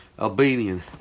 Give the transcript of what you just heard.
Albanian